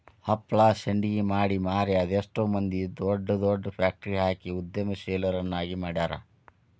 ಹಪ್ಳಾ ಶಾಂಡ್ಗಿ ಮಾಡಿ ಮಾರಿ ಅದೆಷ್ಟ್ ಮಂದಿ ದೊಡ್ ದೊಡ್ ಫ್ಯಾಕ್ಟ್ರಿ ಹಾಕಿ ಉದ್ಯಮಶೇಲರನ್ನಾಗಿ ಮಾಡ್ಯಾರ